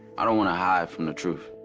i don't want to hide from the truth.